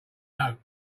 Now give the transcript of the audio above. note